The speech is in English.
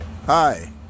Hi